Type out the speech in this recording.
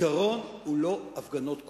הפתרון הוא לא הפגנות כוחניות,